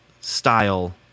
style